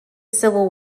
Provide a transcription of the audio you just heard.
civil